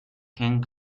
can